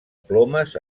plomes